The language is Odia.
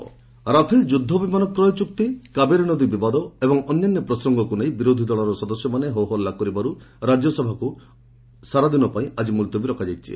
ଆର୍ଏସ୍ ଆଡ୍ଜର୍ନ ରାଫେଲ ଯୁଦ୍ଧ ବିମାନ କ୍ରୟ ଚୁକ୍ତି କାବେରୀ ନଦୀ ବିବାଦ ଓ ଅନ୍ୟାନ୍ୟ ପ୍ରସଙ୍ଗକୁ ନେଇ ବିରୋଧୀଦଳ ସଦସ୍ୟମାନେ ହୋହଲ୍ଲା କରିବାରୁ ରାଜ୍ୟସଭାକୁ ସାରାଦିନ ପାଇଁ ମୁଲତବୀ ରଖାଯାଇଛି